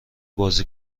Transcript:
بازی